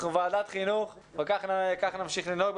אנחנו ועדת חינוך וכך נמשיך לנהוג.